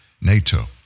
NATO